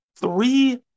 Three